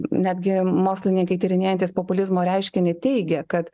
netgi mokslininkai tyrinėjantys populizmo reiškinį teigia kad